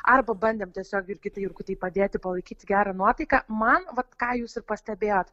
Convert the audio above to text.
arba bandėm tiesiog jurgitai jurkutei padėti palaikyti gerą nuotaiką man vat ką jūs ir pastebėjot